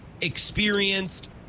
experienced